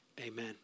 amen